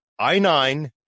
I9